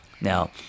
Now